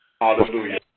Hallelujah